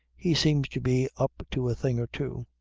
he seems to be up to a thing or two.